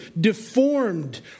deformed